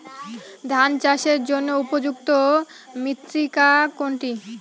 ধান চাষের জন্য উপযুক্ত মৃত্তিকা কোনটি?